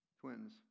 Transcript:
Twins